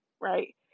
right